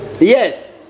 Yes